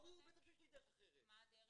ברור.